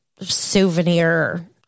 souvenir